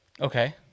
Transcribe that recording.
Okay